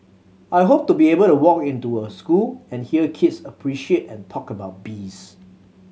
I hope to be able to walk into a school and hear kids appreciate and talk about bees